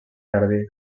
jardí